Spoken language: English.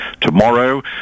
tomorrow